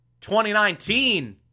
2019